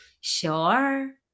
Sure